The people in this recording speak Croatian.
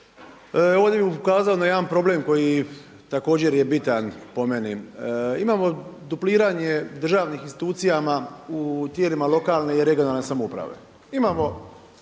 Ovdje bih ukazao na jedan problem koji također je bitan po meni. Imamo dupliranje državnih institucija u tijelima lokalne i regionalne samouprave.